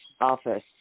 office